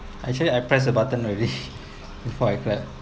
actually I press the button already before I clap